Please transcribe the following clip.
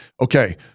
okay